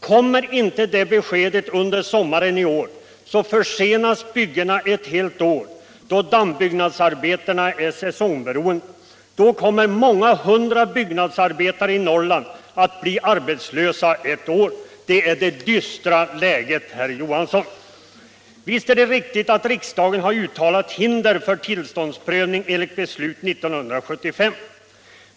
Kommer inte det beskedet under sommaren i år försenas byggena ett helt år, eftersom dammbyggnadsarbetena är säsongberoende. Då kommer många hundra byggnadsarbetare i Norrland att bli arbetslösa under ett år. Det är det dystra läget, herr Johansson. Visst är det riktigt att riksdagen genom beslut 1975 har uttalat hinder för tilltåndsprövning.